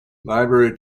library